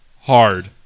hard